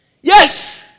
Yes